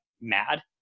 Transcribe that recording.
mad